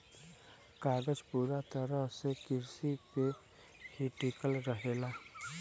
कागज पूरा तरह से किरसी पे ही टिकल रहेला